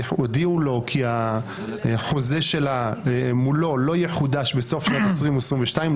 הודיעו לו כי החוזה מולו לא יחודש בסוף שנת 2022,